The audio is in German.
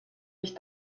ich